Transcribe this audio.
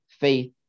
faith